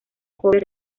cover